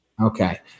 Okay